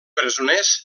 presoners